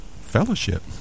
fellowship